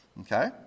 Okay